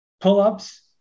pull-ups